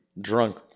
drunk